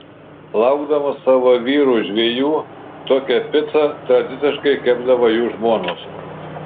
laukdamos savo vyrų žvejų tokią picą tradiciškai kepdavo jų žmonos